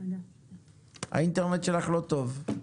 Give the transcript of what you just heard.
האינטרנט שלך לא טוב.